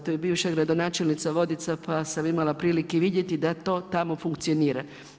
To je bivša gradonačelnica Vodica pa sam imala prilike vidjeti da to tamo funkcionira.